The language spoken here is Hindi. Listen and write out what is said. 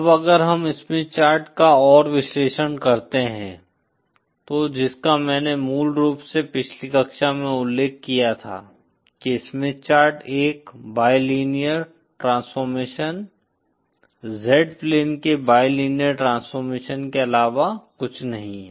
अब अगर हम स्मिथ चार्ट का और विश्लेषण करते हैं तो जिसका मैंने मूल रूप से पिछली कक्षा में उल्लेख किया था कि स्मिथ चार्ट एक बाइलिनेअर ट्रांसफॉर्मेशन Z प्लेन के बाइलिनेअर ट्रांसफॉर्मेशन के अलावा कुछ नहीं है